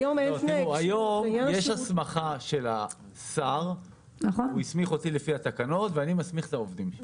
היום יש הסמכה של השר שהסמיך אותי לפי התקנות ואני מסמיך את העובדים.